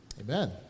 Amen